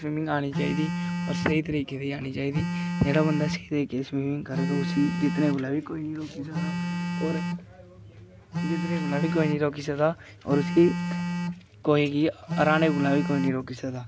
swimming आनी चाहिदी होर स्हेई तरीके दी आनी चाहिदी जेह्ड़ा बंदा स्हेई तरीके दी स्विमिंग करग उसी जित्तने कोला बी कोई निं रोकी सकदा होर जित्तने कोला बी कोई निं रोकी सकदा होर उसी कुसै गी हराने कोला बी कोई निं रोकी सकदा